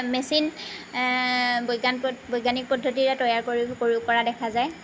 machine বৈজ্ঞান পদ বৈজ্ঞানিক পদ্ধতিৰে তৈয়াৰ কৰি কৰি কৰা দেখা যায়